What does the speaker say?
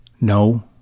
No